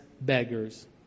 beggars